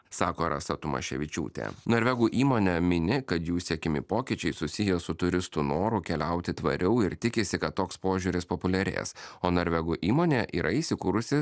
sako rasa tamaševičiūtė norvegų įmonė mini kad jų siekiami pokyčiai susiję su turistų noru keliauti tvariau ir tikisi kad toks požiūris populiarės o norvegų įmonė yra įsikūrusi